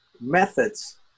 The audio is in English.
Methods